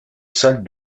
salle